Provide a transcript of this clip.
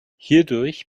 hierdurch